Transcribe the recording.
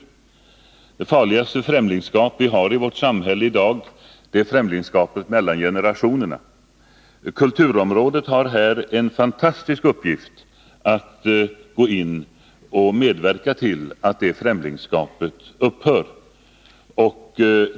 Det farligaste främlingskap vi har i vårt samhälle i dag är främlingskapet mellan generationerna. Kulturområdet har här en fantastisk uppgift att gå in och medverka till att det främlingskapet upphör.